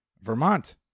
Vermont